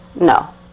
No